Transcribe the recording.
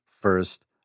first